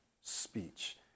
speech